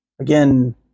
Again